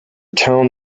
town